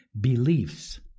beliefs